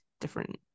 different